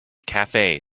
cafe